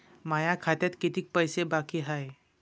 माया खात्यात कितीक पैसे बाकी हाय?